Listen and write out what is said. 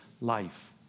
life